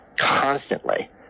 constantly